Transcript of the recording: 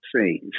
see